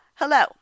Hello